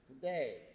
today